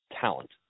talent